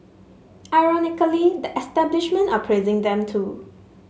ironically the establishment are praising them too